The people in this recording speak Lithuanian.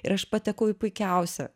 ir aš patekau į puikiausią